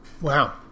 wow